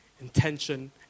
intention